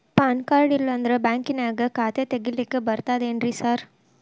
PAN card ಇಲ್ಲಂದ್ರ ಬ್ಯಾಂಕಿನ್ಯಾಗ ಖಾತೆ ತೆಗೆಲಿಕ್ಕಿ ಬರ್ತಾದೇನ್ರಿ ಸಾರ್?